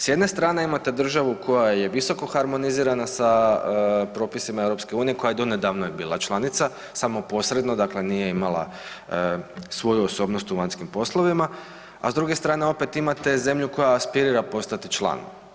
S jedne strane imate državu koja je visoko harmonizirana sa propisima Europske Unije koja je donedavno bila članica, samo posredno, dakle nije imala svoju osobnost u vanjskim poslovima, a s druge strane opet imate zemlju koja aspirira postati član.